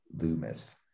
Loomis